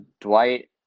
Dwight